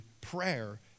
prayer